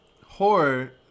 horror